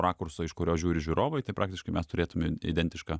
rakurso iš kurio žiūri žiūrovai tai praktiškai mes turėtumėm identišką